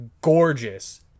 Gorgeous